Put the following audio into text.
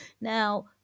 Now